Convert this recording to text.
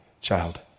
child